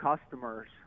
customers